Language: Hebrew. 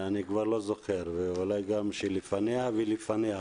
אני כבר לא זוכר, אולי גם שלפניה ולפניה,